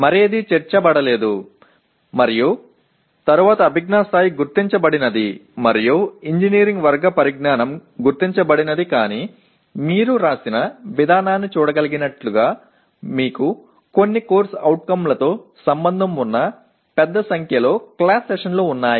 வேறு எதுவும் சேர்க்கப்படவில்லை பின்னர் அறிவாற்றல் நிலை அடையாளம் காணப்படவில்லை மற்றும் பொறியியல் வகை அறிவு எதுவும் அடையாளம் காணப்படவில்லை ஆனால் அது எழுதப்பட்ட வழியை நீங்கள் காண முடிந்ததால் சில CO களுடன் தொடர்புடைய அதிக எண்ணிக்கையிலான வகுப்பு அமர்வுகள் உள்ளன